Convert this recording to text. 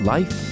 Life